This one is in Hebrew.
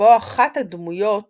בו אחת הדמויות